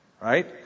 Right